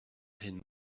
hyn